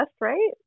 right